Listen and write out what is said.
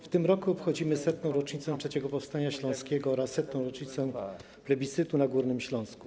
W tym roku obchodzimy 100. rocznicę III powstania śląskiego oraz 100. rocznicę plebiscytu na Górnym Śląsku.